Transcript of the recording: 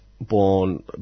born